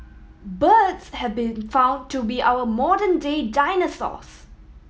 birds have been found to be our modern day dinosaurs